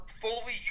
fully